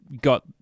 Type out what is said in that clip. got